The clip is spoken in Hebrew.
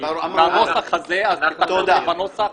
כי בנוסח הזה זה לא ברור.